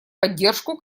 поддержку